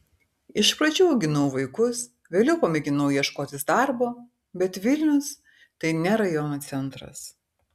iš pradžių auginau vaikus vėliau pamėginau ieškotis darbo bet vilnius tai ne rajono centras